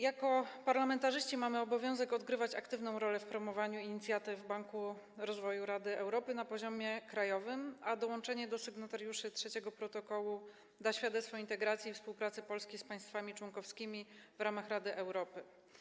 Jako parlamentarzyści mamy obowiązek odgrywać aktywną rolę w promowaniu inicjatyw Banku Rozwoju Rady Europy na poziomie krajowym, a dołączenie do sygnatariuszy trzeciego protokołu da świadectwo integracji i współpracy Polski z państwami członkowskimi w ramach Rady Europy.